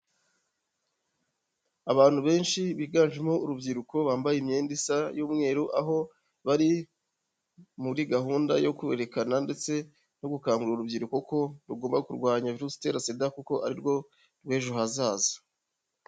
Abantu benshi biganjemo urubyiruko bambaye imyenda isa y'umweru, aho bari muri gahunda yo kwerekana ndetse no gukangurira urubyiruko ko rugomba kurwanya virusi itera SIDA kuko ari rwo rw'ejo hazaza.